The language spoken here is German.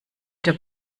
der